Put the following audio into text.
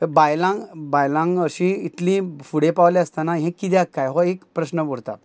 बायलांक बायलांक अशीं इतलीं फुडें पावले आसताना हें कित्याक कांय हो एक प्रश्न उरता